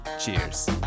Cheers